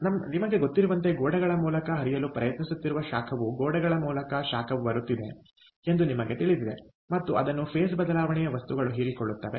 ಆದ್ದರಿಂದ ನಿಮಗೆ ಗೊತ್ತಿರುವಂತೆ ಗೋಡೆಗಳ ಮೂಲಕ ಹರಿಯಲು ಪ್ರಯತ್ನಿಸುತ್ತಿರುವ ಶಾಖವು ಗೋಡೆಗಳ ಮೂಲಕ ಶಾಖವು ಬರುತ್ತಿದೆ ಎಂದು ನಿಮಗೆ ತಿಳಿದಿದೆ ಮತ್ತು ಅದನ್ನು ಫೇಸ್ ಬದಲಾವಣೆಯ ವಸ್ತುಗಳು ಹೀರಿಕೊಳ್ಳುತ್ತವೆ